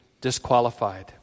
disqualified